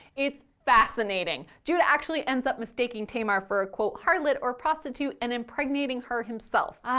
it's fascinating! judah actually ends up mistaking tamar for a quote harlot or prostitute and impregnating her himself. ahhh,